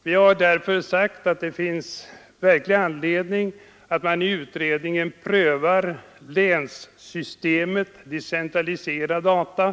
Vi har därför sagt att det finns verklig anledning att utredningen prövar länssystemet, dvs. en decentraliserad dataverksamhet.